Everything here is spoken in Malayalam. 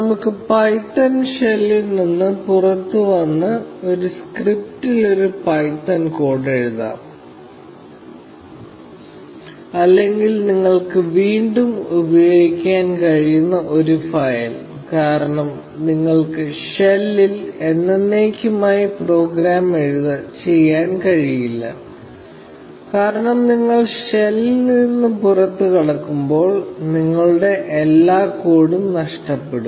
നമുക്ക് പൈത്തൺ ഷെല്ലിൽ നിന്ന് പുറത്തുവന്ന് ഒരു സ്ക്രിപ്റ്റിൽ ഒരു പൈത്തൺ കോഡ് എഴുതാം അല്ലെങ്കിൽ നിങ്ങൾക്ക് വീണ്ടും ഉപയോഗിക്കാൻ കഴിയുന്ന ഒരു ഫയൽ കാരണം നിങ്ങൾക്ക് ഷെല്ലിൽ എന്നെന്നേക്കുമായി പ്രോഗ്രാം ചെയ്യാൻ കഴിയില്ല കാരണം നിങ്ങൾ ഷെല്ലിൽ നിന്ന് പുറത്തുകടക്കുമ്പോൾ നിങ്ങളുടെ എല്ലാ കോഡും നഷ്ടപ്പെടും